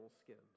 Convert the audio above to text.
skins